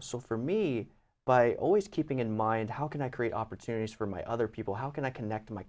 so for me but i always keeping in mind how can i create opportunities for my other people how can i connect my